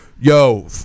yo